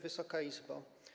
Wysoka Izbo!